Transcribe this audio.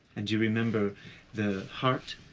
and you remember the heart,